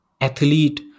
athlete